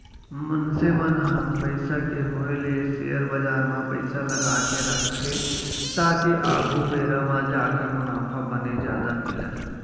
मनसे मन ह पइसा के होय ले सेयर बजार म पइसा लगाके रखथे ताकि आघु बेरा म जाके मुनाफा बने जादा मिलय